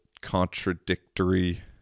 contradictory